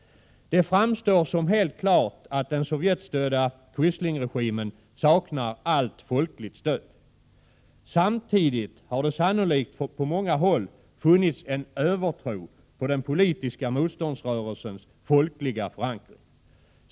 Det framstår som helt klart att den Sovjetstödda quislingregimen saknar allt folkligt stöd. Samtidigt har det sannolikt på många håll funnits en övertro på den politiska motståndsrörelsens folkliga förankring.